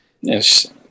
yes